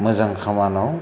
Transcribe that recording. मोजां खामानिआव